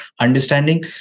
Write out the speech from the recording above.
understanding